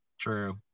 True